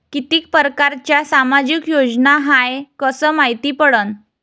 कितीक परकारच्या सामाजिक योजना हाय कस मायती पडन?